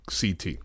CT